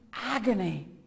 agony